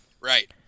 Right